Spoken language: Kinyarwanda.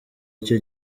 icyo